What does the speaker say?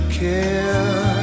care